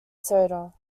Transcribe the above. soda